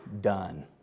done